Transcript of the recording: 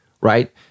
right